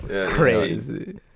Crazy